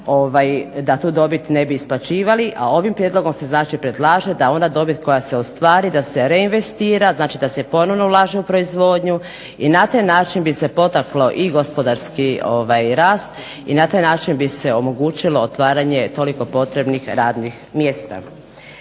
da tu dobit ne bi isplaćivali, a ovim prijedlogom se znači predlaže da ona dobit koja se ostvari da se reinvestira, znači da se ponovno ulaže u proizvodnju, i na taj način bi se potaklo i gospodarski rast i na taj način bi se omogućilo otvaranje toliko potrebnih radnih mjesta.